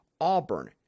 Auburn